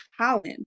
talent